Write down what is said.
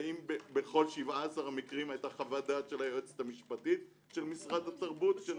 האם בכל 17 המקרים היתה חוות דעת של היועץ המשפטי של משרד התרבות?